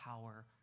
power